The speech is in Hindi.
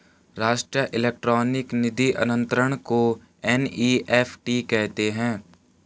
राष्ट्रीय इलेक्ट्रॉनिक निधि अनंतरण को एन.ई.एफ.टी कहते हैं